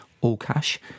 all-cash